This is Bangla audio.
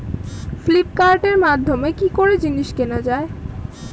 ফ্লিপকার্টের মাধ্যমে কি করে জিনিস কেনা যায়?